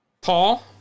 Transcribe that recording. Paul